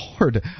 Lord